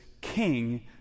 king